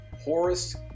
Horace